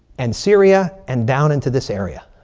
and syria. and down into this area.